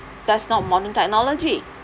that's not modern technology